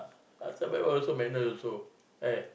last time also manner also eh